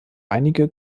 einige